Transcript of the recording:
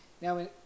Now